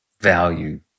value